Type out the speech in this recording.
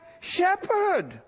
shepherd